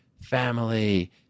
family